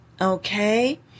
Okay